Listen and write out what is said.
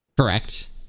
Correct